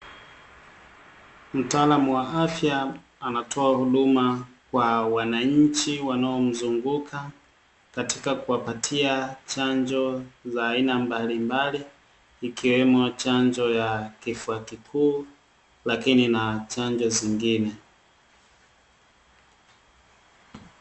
Mtaalamu wa afya anatoa huduma kwa wananchi wanaomzunguka, katika kuwapatia chanjo za aina mbalimbali, ikiwemo chanjo ya kifua kikuu, lakini na chanjo zingine.